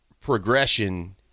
progression